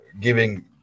giving